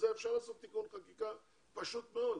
אפשר לעשות תיקון חקיקה פשוט מאוד.